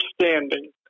understanding